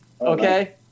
Okay